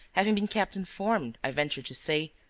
having been kept informed, i venture to say,